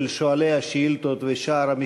בתמוז התשע"ה,